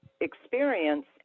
Experience